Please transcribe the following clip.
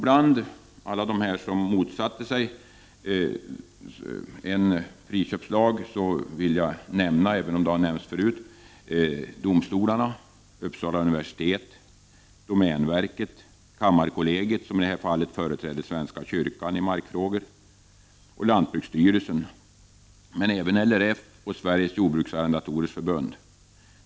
Bland alla dem som motsatte sig en friköpslag vill jag nämna domstolar, Uppsala universitet, domänverket, kammarkollegiet, som företräder svenska kyrkan i markfrågor, och lantbruksstyrelsen men även LRF och Sveriges jordbruksarrendatorers förbund.